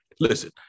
listen